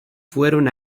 fueron